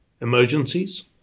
emergencies